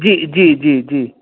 जी जी जी जी